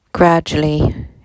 Gradually